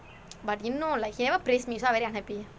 but இன்னும்:innum like he never praise me so I'm very unhappy